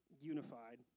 unified